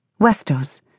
Westos